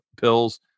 pills